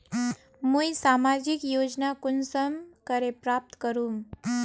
मुई सामाजिक योजना कुंसम करे प्राप्त करूम?